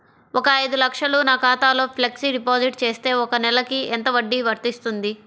ఒక ఐదు లక్షలు నా ఖాతాలో ఫ్లెక్సీ డిపాజిట్ చేస్తే ఒక నెలకి ఎంత వడ్డీ వర్తిస్తుంది?